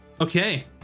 okay